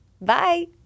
Bye